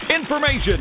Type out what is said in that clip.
Information